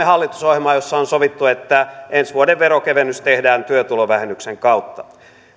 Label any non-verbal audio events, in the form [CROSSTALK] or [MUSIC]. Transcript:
[UNINTELLIGIBLE] hallitusohjelmaa jossa on sovittu että ensi vuoden veronkevennys tehdään työtulovähennyksen kautta